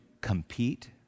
compete